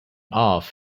off